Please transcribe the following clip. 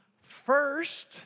first